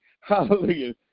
Hallelujah